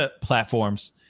platforms